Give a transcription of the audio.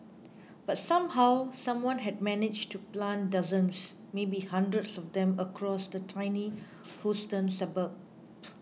but somehow someone had managed to plant dozens maybe hundreds of them across the tiny Houston suburb